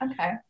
Okay